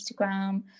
Instagram